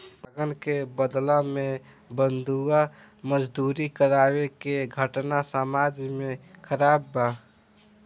लगान के बदला में बंधुआ मजदूरी करावे के घटना समाज में खराब बा